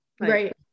right